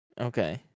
okay